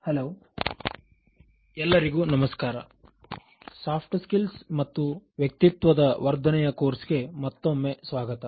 hello ಎಲ್ಲರಿಗೂ ನಮಸ್ಕಾರ soft skills ಮತ್ತು ವ್ಯಕ್ತಿತ್ವದ ವರ್ಧನೆಯ ಕೋರ್ಸ್ ಗೆ ಮತ್ತೊಮ್ಮೆ ಸ್ವಾಗತ